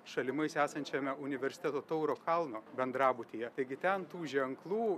šalimais esančiame universiteto tauro kalno bendrabutyje taigi ten tų ženklų